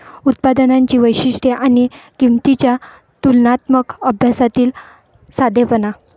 उत्पादनांची वैशिष्ट्ये आणि किंमतींच्या तुलनात्मक अभ्यासातील साधेपणा